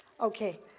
Okay